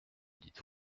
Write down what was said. dites